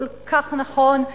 כל כך נכון,